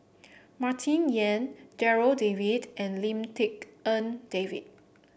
Martin Yan Darryl David and Lim Tik En David